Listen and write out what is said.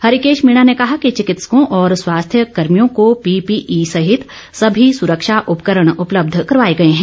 हरीकेश मीणा ने कहा कि चिकित्सकों और स्वास्थ्य कर्भियों को पीपीई सहित सभी सुरक्षा उपकरण उपलब्ध करवाए गए है